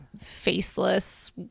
Faceless